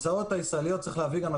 אתה צריך להבהיר,